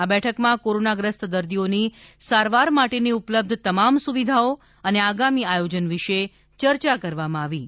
આ બેઠકમાં કોરોનાગ્રસ્ત દર્દીઓની સારવાર માટેની ઉપલબ્ધ તમામ સુવિધાઓ અને આગામી આયોજન વિશે ચર્ચા કરવામાં આવી હતી